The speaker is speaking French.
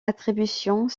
attributions